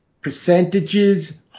percentages